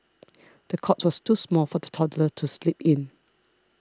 the cot was too small for the toddler to sleep in